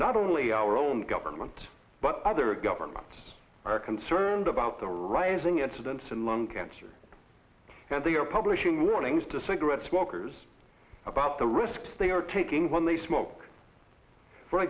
not only our own government but other governments are concerned about the rising incidence in lung cancer and they are publishing warnings to cigarette smokers about the risks they are taking when they smoke for